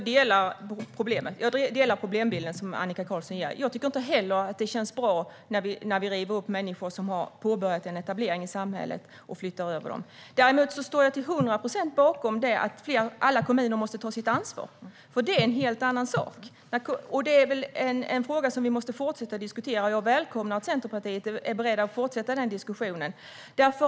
Herr talman! Jag delar den problembild som Annika Qarlsson ger. Jag tycker inte heller att det känns bra när vi river upp människor som har påbörjat en etablering i samhället och flyttar dem till ett annat ställe. Däremot står jag till hundra procent bakom att alla kommuner måste ta sitt ansvar, eftersom det är en helt annan sak. Det är en fråga som vi måste fortsätta diskutera. Jag välkomnar att Centerpartiet är berett att fortsätta den diskussionen.